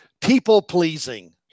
people-pleasing